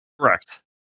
correct